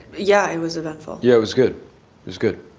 yeah it was eventful. yeah it was good. it's good.